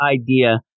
idea